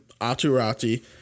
Aturati